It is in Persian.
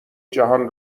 جهان